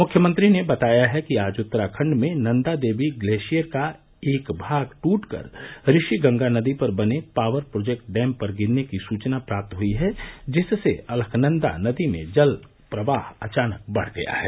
मुख्यमंत्री ने बताया है कि आज उत्तराखण्ड में नंदा देवी ग्लेशियर का एक भाग टूट कर ऋषि गंगा नदी पर बने पावर प्रोजेक्ट डेम पर गिरने की सूचना प्राप्त हुयी है जिससे अलखनंदा नदी में जल प्रवाह अचानक बढ़ गया है